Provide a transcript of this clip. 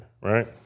right